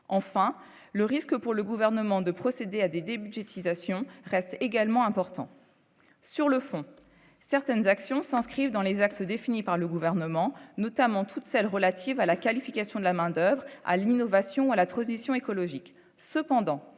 enfin, le risque pour le gouvernement de procéder à des des budgétisation reste également important sur le fond, certaines actions s'inscrivent dans les axes définis par le gouvernement, notamment toutes celles relatives à la qualification de la main-d'oeuvre à l'innovation, à la transition écologique